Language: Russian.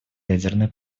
ядерной